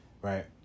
right